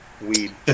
weed